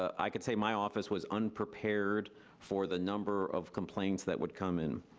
i could say my office was unprepared for the number of complaints that would come in.